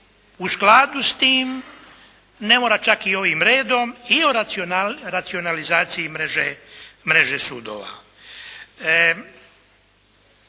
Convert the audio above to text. u skladu s tim ne mora čak ni ovim redom i o racionalizaciji mreže sudova.